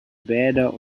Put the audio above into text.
bäder